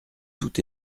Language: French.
tout